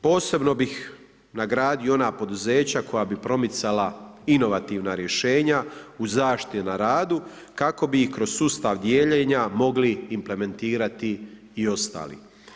Posebno bih nagradio ona poduzeća koja bi promicala inovativna rješenja u zaštiti na radu kako bi kroz sustav dijeljenja mogli implementirati i ostali.